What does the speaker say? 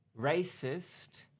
racist